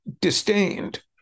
disdained